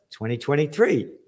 2023